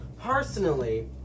personally